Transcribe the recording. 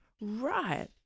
right